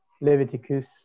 Leviticus